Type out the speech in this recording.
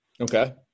Okay